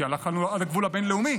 כי אנחנו על הגבול הבין-לאומי,